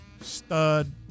stud